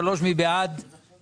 זה צו שמגיע לכאן אחת לשנתיים.